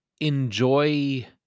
enjoy